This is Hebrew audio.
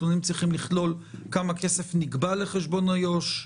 הנתונים צריכים לכלול כמה כסף נגבה לחשבון איו"ש,